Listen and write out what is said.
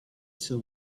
till